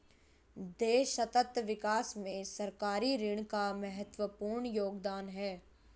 देश सतत विकास में सरकारी ऋण का महत्वपूर्ण योगदान है